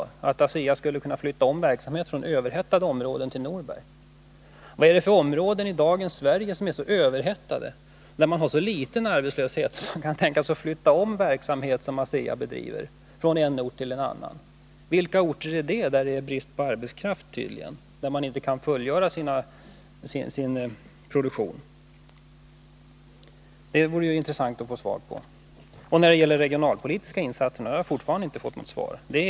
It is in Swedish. ASEA skulle kunna flytta över verksamhet från överhettade områden till Norberg. Vilka områden i dagens Sverige är så överhettade och har så liten arbetslöshet att man där kan tänka sig att flytta över verksamhet till en annan ort? Vilka orter har en sådan brist på arbetskraft att produktionen inte kan klaras? Det vore intressant att få svar på detta. När det gäller de regionalpolitiska insatserna har jag ännu inte fått något riktigt besked.